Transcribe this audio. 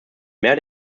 mehr